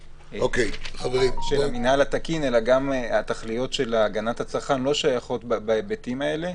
-- -המנהל התקין אלא גם התכליות של הגנת הצרכן לא שייכות בהיבטים האלה,